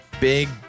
Big